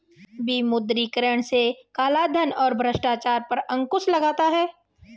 विमुद्रीकरण से कालाधन और भ्रष्टाचार पर अंकुश लगता हैं